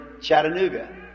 Chattanooga